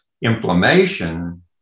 inflammation